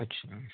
اچھا